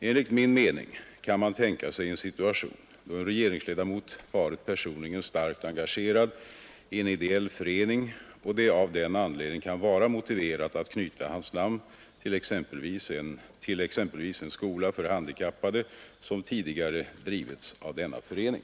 Enligt min mening kan man tänka sig en situation då en regeringsledamot varit personligen starkt engagerad i en ideell förening och det av den anledningen kan vara motiverat att knyta hans namn till exempelvis en skola för handikappade som tidigare drivits av denna förening.